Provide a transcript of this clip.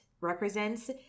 represents